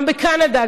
גם בקנדה,